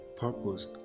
purpose